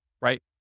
right